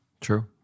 True